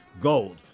gold